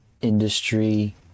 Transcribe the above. industry